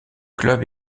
club